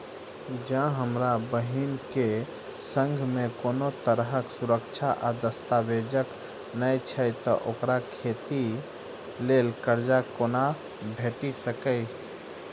जँ हमरा बहीन केँ सङ्ग मेँ कोनो तरहक सुरक्षा आ दस्तावेज नै छै तऽ ओकरा खेती लेल करजा कोना भेटि सकैये?